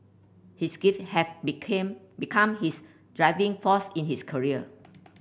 his gift have became become his driving force in his career